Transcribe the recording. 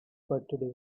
birthday